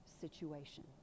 situation